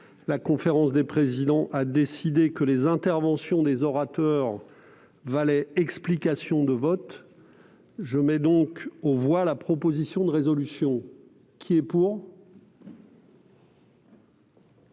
la conférence des présidents a décidé que les interventions des orateurs valaient explication de vote. Je mets aux voix la proposition de résolution. Mes chers